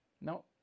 No